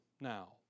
now